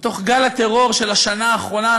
בתוך גל הטרור של השנה האחרונה,